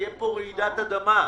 תהיה כאן רעידת אדמה.